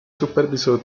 supervisor